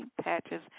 patches